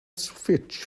switch